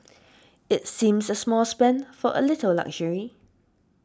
it seems a small spend for a little luxury